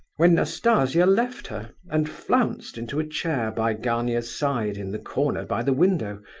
when nastasia left her, and flounced into a chair by gania's side in the corner by the window,